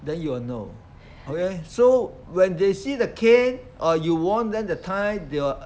then you will know okay so when they see the cane or you warn them that time they will